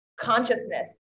consciousness